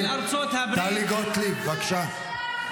חברת הכנסת טלי, טלי גוטליב, בבקשה.